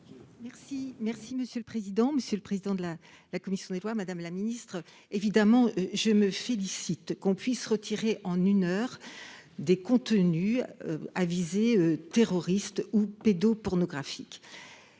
Merci, merci, monsieur le président, Monsieur le président de la la commission des lois, madame la ministre, évidemment, je me félicite qu'on puisse retirer en une heure des contenus à visée terroriste ou pédo-pornographiques